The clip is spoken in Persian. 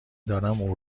دارم